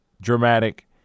dramatic